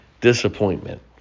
disappointment